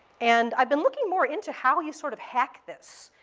and i've been looking more into how you sort of hack this.